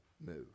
move